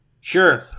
sure